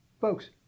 Folks